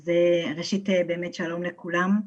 אז ראשית באמת שלום לכולם.